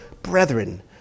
Brethren